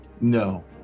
No